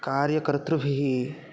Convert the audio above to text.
कार्यकर्तृभिः